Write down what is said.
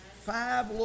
five